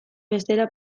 bestela